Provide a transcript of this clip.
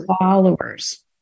followers